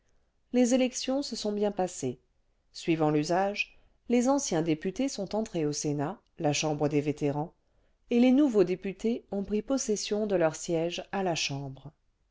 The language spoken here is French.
les élections se sont bien passées suivant l'usage les anciens députés sont entrés au sénat la chambre des vétérans et les nouveaux députés ont pris possession de leurs sièges à la chambre